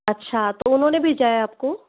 अच्छा तो उन्होंने भेजा है आपको